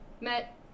met